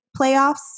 playoffs